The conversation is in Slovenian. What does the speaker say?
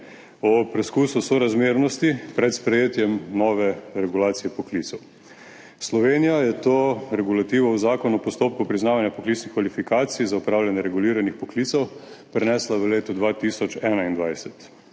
o preskusu sorazmernosti pred sprejetjem nove regulacije poklicev. Slovenija je to regulativo v Zakonu o postopku priznavanja poklicnih kvalifikacij za opravljanje reguliranih poklicev prenesla v letu 2021.